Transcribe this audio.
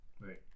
Right